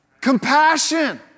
Compassion